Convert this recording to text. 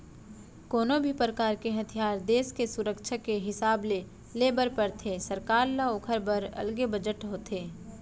कोनो भी परकार के हथियार देस के सुरक्छा के हिसाब ले ले बर परथे सरकार ल ओखर बर अलगे बजट होथे